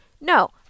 No